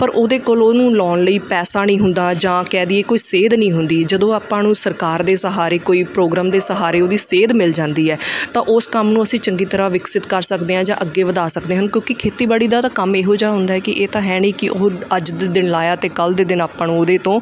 ਪਰ ਉਹਦੇ ਕੋਲ ਉਹਨੂੰ ਲਾਉਣ ਲਈ ਪੈਸਾ ਨਹੀਂ ਹੁੰਦਾ ਜਾਂ ਕਹਿ ਦੇਈਏ ਕੋਈ ਸੇਧ ਨਹੀਂ ਹੁੰਦੀ ਜਦੋਂ ਆਪਾਂ ਨੂੰ ਸਰਕਾਰ ਦੇ ਸਹਾਰੇ ਕੋਈ ਪ੍ਰੋਗਰਾਮ ਦੇ ਸਹਾਰੇ ਉਹਦੀ ਸੇਧ ਮਿਲ ਜਾਂਦੀ ਹੈ ਤਾਂ ਉਸ ਕੰਮ ਨੂੰ ਅਸੀਂ ਚੰਗੀ ਤਰ੍ਹਾਂ ਵਿਕਸਿਤ ਕਰ ਸਕਦੇ ਹਾਂ ਜਾਂ ਅੱਗੇ ਵਧਾ ਸਕਦੇ ਹਨ ਕਿਉਂਕਿ ਖੇਤੀਬਾੜੀ ਦਾ ਤਾਂ ਕੰਮ ਇਹੋ ਜਿਹਾ ਹੁੰਦਾ ਹੈ ਕਿ ਇਹ ਤਾਂ ਹੈ ਨਹੀਂ ਕਿ ਉਹ ਅੱਜ ਦੇ ਦਿਨ ਲਾਇਆ ਅਤੇ ਕੱਲ੍ਹ ਦੇ ਦਿਨ ਆਪਾਂ ਨੂੰ ਉਹਦੇ ਤੋਂ